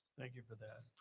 thank you for that.